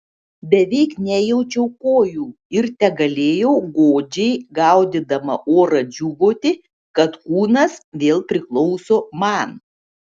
beveik nejaučiau kojų ir tegalėjau godžiai gaudydama orą džiūgauti kad kūnas vėl priklauso man